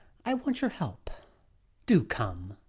i want your help do come.